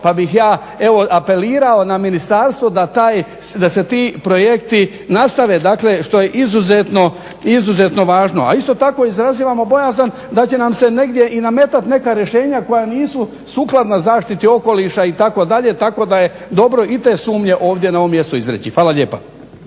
pa bih ja evo apelirao na ministarstvo da se ti projekti nastave. Dakle, što je izuzetno važno. A isto tako izražavamo bojazan da će nam se negdje i nametat neka rješenja koja nisu sukladna zaštiti okoliša itd. Tako da je dobro i te sumnje ovdje na ovom mjestu izreći. Hvala lijepa.